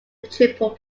triple